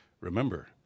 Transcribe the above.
Remember